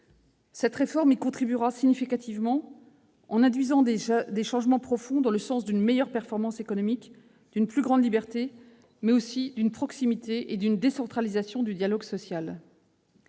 Cette réforme y contribuera significativement, en induisant des changements profonds dans le sens d'une meilleure performance économique, d'une plus grande liberté, ainsi que d'une plus grande proximité et d'une décentralisation du dialogue social.